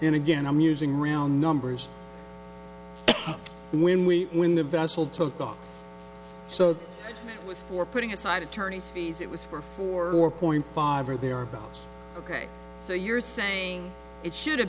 in again i'm using real numbers when we when the vessel took off so was for putting aside attorney's fees it was for four point five or thereabouts ok so you're saying it should have